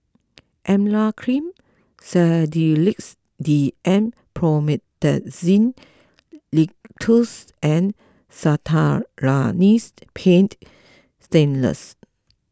Emla Cream Sedilix D M Promethazine Linctus and Castellani's Paint Stainless